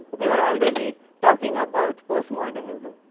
we were already talking about post-modernism,